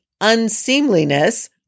unseemliness